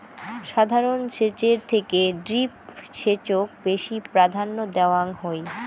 সাধারণ সেচের থেকে ড্রিপ সেচক বেশি প্রাধান্য দেওয়াং হই